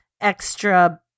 extra